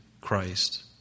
Christ